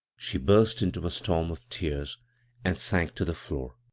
she burst into a storm of tears and sank to the floor.